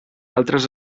altres